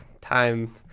Time